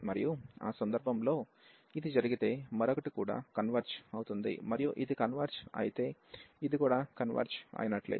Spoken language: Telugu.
మరియు ఆ సందర్భంలో ఇది జరిగితే మరొకటి కూడా కన్వెర్జ్ అవుతుంది మరియు ఇది కన్వెర్జ్ అయితే ఇది కూడా కన్వెర్జ్ అయినట్లే